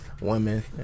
women